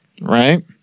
Right